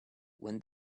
when